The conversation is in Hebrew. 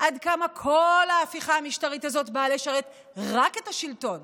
עד כמה כל ההפיכה המשטרית הזאת באה לשרת רק את השלטון